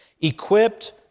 equipped